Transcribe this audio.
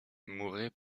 mouraient